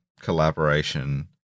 collaboration